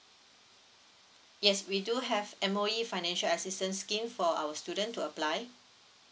yes we do have M_O_E financial assistance scheme for our student to apply